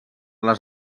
les